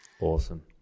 Awesome